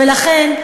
ולכן,